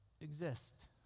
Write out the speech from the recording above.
exist